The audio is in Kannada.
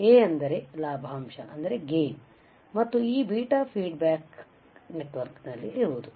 A ಎಂದರೆ ಲಾಭಾಂಶ ಮತ್ತು ಬೀಟಾ ಫೀಡ್ ಬ್ಯಾಕ್ನೆಟ್ವರ್ಕ್ನಲ್ಲಿರುವುದು